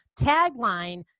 tagline